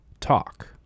TALK